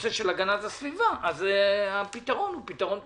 בנושא של הגנת הסביבה, אז הפתרון הוא פתרון פשוט.